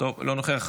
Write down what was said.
אינו נוכח.